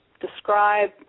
describe